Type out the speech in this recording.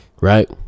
right